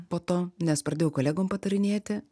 po to nes pradėjau kolegom patarinėti